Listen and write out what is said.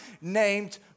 named